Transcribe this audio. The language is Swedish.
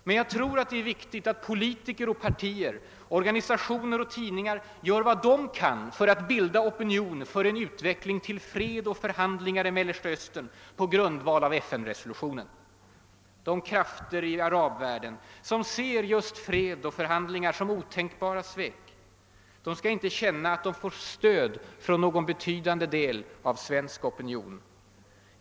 Men jag tror det är viktigt att politiker och partier, organi sationer och tidningar gör vad de kan för att bilda opinion för en utveckling till fred och förhandlingar i Mellersta Östern på grundval av FN-resolutionen. De krafter i arabvärlden, som ser just fred och förhandlingar som otänkbara svek, skall inte känna att de får stöd från någon betydande del av svensk opinion.